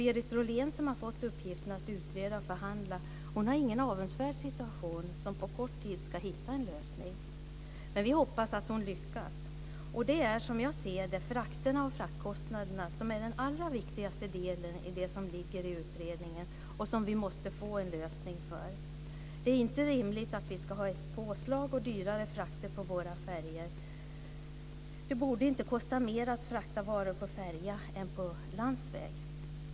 Berit Rollén, som har fått uppgiften att utreda och förhandla, har ingen avundsvärd situation när hon på kort tid ska hitta en lösning. Men vi hoppas att hon lyckas. Som jag ser det är det frakterna och fraktkostnaderna som är den allra viktigaste delen i utredningen. Vi måste få en lösning på detta. Det är inte rimligt att vi ska ha ett påslag och dyrare frakter på våra färjor. Det borde inte kosta mer att frakta varor på färja än på landsväg.